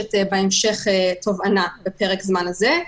מוגשת בהמשך תובענה בפרק הזמן הזה.